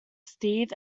steve